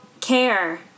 care